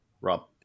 Rob